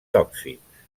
tòxics